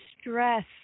stress